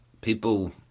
people